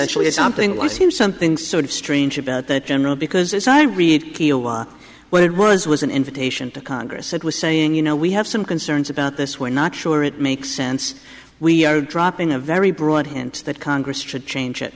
actually is something one seems something sort of strange about that general because as i read what it was was an invitation to congress it was saying you know we have some concerns about this we're not sure it makes sense we are dropping a very broad hint that congress should change it